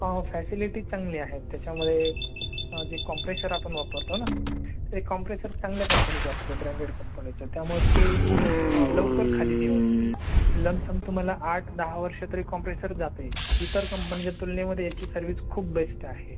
हो फॅसिलीटी चांगली आहेत त्याच्यामुळे जे कॉम्प्रेसर आपण वापरतो ना ते कॉम्प्रेसर चांगल्या कंपनीचं वापरतो ब्रँडेड कंपनीचं त्यामुळे ते लवकर खाली नाही होत लमसम तुम्हाला आठ दहा वर्षं तरी कॉम्प्रेसर जातही इतर कंपनीच्या तुलनेमध्ये याची सर्विस खूप बेस्ट आहे